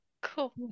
Cool